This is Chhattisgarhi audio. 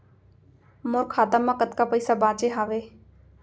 मोर खाता मा कतका पइसा बांचे हवय?